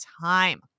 time